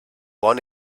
bon